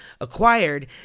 acquired